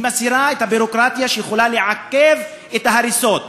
היא מסירה את הביורוקרטיה שיכולה לעכב את ההריסות.